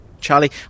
charlie